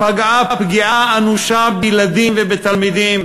פגעה פגיעה אנושה בילדים ובתלמידים.